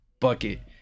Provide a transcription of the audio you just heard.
bucket